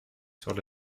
sur